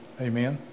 Amen